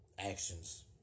Actions